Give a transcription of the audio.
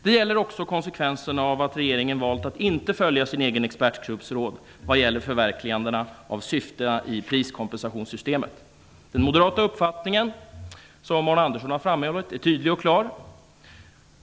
Det gäller också konsekvensen av att regeringen har valt att inte följa sin egen expertgrupps råd vad gäller förverkligandet av syftena i priskompensationssystemet. Den moderata uppfattningen, som Arne Andersson har framhållit, är tydlig och klar.